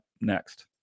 next